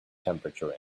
temperature